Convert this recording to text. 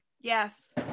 yes